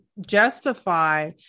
justify